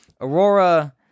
Aurora